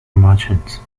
merchants